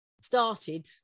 started